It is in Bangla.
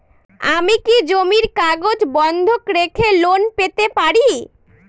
আমি কি জমির কাগজ বন্ধক রেখে লোন পেতে পারি?